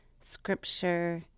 Scripture